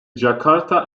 jakarta